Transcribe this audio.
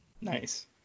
nice